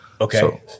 Okay